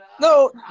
No